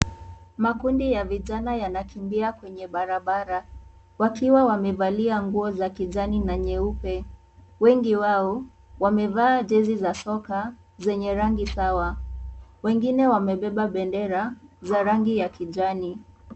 Makundi ya vijana yanakimbia kwenye barabara wakiwa wamevalia nguo za kijani na nyeupe . Wengi wao wamevaa jezi za soka zenye rangi sawa, wengine wamebeba bendera za rangi ya kijani.